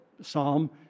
psalm